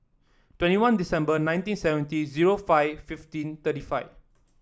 twenty one December nineteen seventy zero four fifteen thirty five